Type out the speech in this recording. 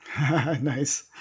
nice